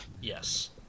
Yes